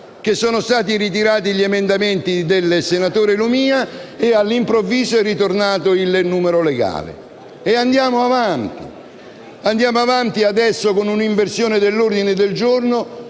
Sono stati ritirati gli emendamenti del senatore Lumia e, all'improvviso, è ritornato il numero legale. E andiamo avanti adesso con un'inversione dell'ordine del giorno